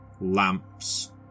lamps